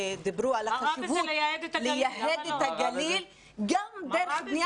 נאמר על ייהוד הגליל גם דרך בניית